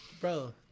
Bro